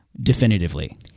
definitively